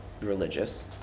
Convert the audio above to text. religious